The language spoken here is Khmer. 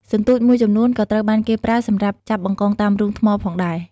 សន្ទូចមួយចំនួនក៏ត្រូវបានគេប្រើសម្រាប់ចាប់បង្កងតាមរូងថ្មផងដែរ។